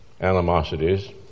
animosities